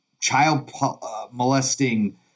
child-molesting